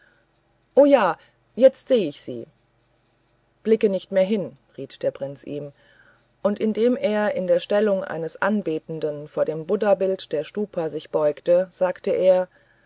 o ja jetzt seh ich sie blicke nicht mehr hin riet der prinz ihm und indem er in der stellung eines anbetenden vor dem buddhabild der stupa sich beugte sagte er